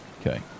okay